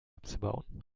abzubauen